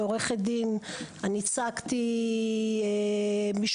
כעורכת דין אני ייצגתי משפחה,